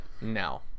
no